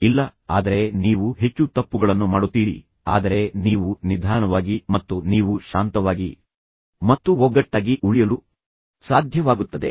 ಇಲ್ಲ ಆದರೆ ನೀವು ಹೆಚ್ಚು ತಪ್ಪುಗಳನ್ನು ಮಾಡುತ್ತೀರಿ ಆದರೆ ನೀವು ನಿಧಾನವಾಗಿ ಮತ್ತು ನೀವು ಶಾಂತವಾಗಿ ಮತ್ತು ಒಗ್ಗಟ್ಟಾಗಿ ಉಳಿಯಲು ಸಾಧ್ಯವಾಗುತ್ತದೆ